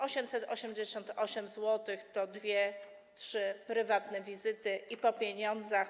888 zł to dwie, trzy prywatne wizyty, i po pieniądzach.